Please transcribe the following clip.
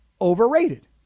overrated